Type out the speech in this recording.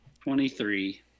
Twenty-three